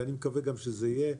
ואני מקווה גם שזה יהיה.